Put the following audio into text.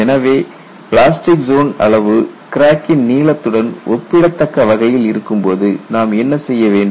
எனவே plastic zone அளவு கிராக்கின் நீளத்துடன் ஒப்பிடத்தக்க வகையில் இருக்கும்போது நாம் என்ன செய்ய வேண்டும்